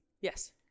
Yes